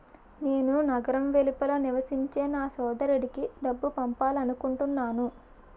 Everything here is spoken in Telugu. నేను నగరం వెలుపల నివసించే నా సోదరుడికి డబ్బు పంపాలనుకుంటున్నాను